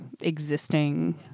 existing